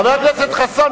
חבר הכנסת חסון,